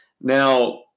Now